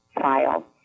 file